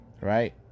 right